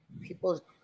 People